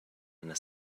einer